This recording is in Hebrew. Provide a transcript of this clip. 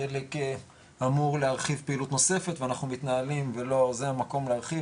חלק אמור להרחיב פעילות נוספת ואנחנו מתנהלים ולא זה המקום להרחיב,